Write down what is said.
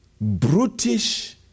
brutish